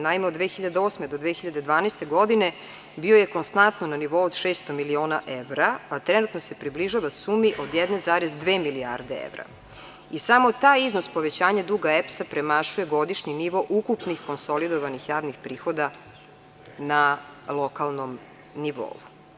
Naime, od 2008. do 2012. godine bio je konstantno na nivou od 600 miliona evra, a trenutno se približava sumi od 1,2 milijarde evra i samo taj iznos povećanja duga EPS-a premašuje godišnji nivo ukupnih konsolidovanih javnih prihoda na lokalnom nivou.